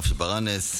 הרב ברנס,